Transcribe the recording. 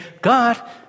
God